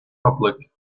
public